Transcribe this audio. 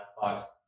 box